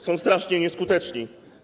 Są strasznie nieskuteczni.